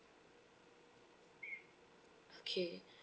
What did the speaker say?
okay